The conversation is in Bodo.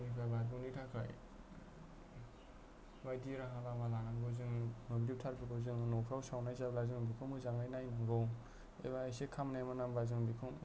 गोहोनिफ्राय बारग'नो थाखाय बायदि राहा लामा लानांगौ जों मोब्लिब थारफोरखौ जों न'फ्राव सावनाय जाब्ला जों बेफोरखौ मोजाङै नोजोर होनांगौ एबा एसे खामनाय मोनामबा जों एसे नायनानै